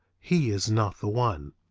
he is not the one.